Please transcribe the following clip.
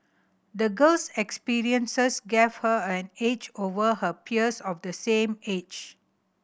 the girl's experiences gave her an edge over her peers of the same age